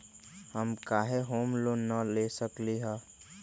हम काहे home loan न ले सकली ह?